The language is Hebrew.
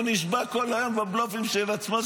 הוא נשבע כל היום בבלופים של עצמו,